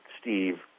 Steve